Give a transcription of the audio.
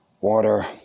water